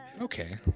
Okay